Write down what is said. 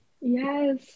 yes